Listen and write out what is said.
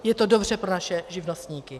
Je to dobře pro naše živnostníky.